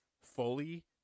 fully